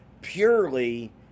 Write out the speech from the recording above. purely